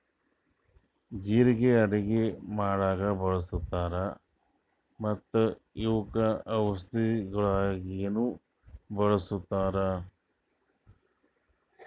ಜೀರಿಗೆ ಅಡುಗಿ ಮಾಡಾಗ್ ಬಳ್ಸತಾರ್ ಮತ್ತ ಇವುಕ್ ಔಷದಿಗೊಳಾಗಿನು ಬಳಸ್ತಾರ್